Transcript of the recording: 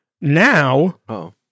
Now